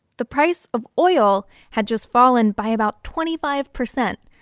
the price of oil had just fallen by about twenty five percent,